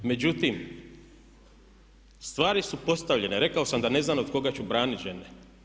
Međutim, stvari su postavljene, rekao sam da ne znam od koga ću braniti žene.